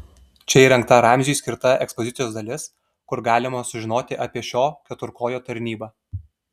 čia įrengta ramziui skirta ekspozicijos dalis kur galima sužinoti apie šio keturkojo tarnybą